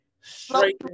straight